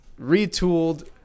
retooled